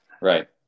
right